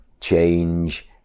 change